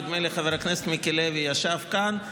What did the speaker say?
נדמה לי שחבר הכנסת מיקי לוי ישב כאן,